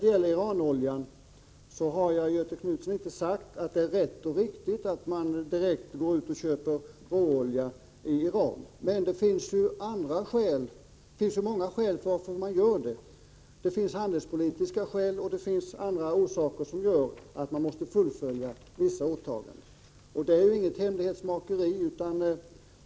Beträffande Iranoljan har jag, Göthe Knutson, inte sagt att det är rätt och riktigt att direkt gå ut och köpa råolja av Iran. Det finns emellertid många skäl att göra det. Handelspolitiska och andra skäl gör att man måste fullfölja vissa åtaganden. Det finns inget hemlighetsmakeri bakom detta.